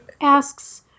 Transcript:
asks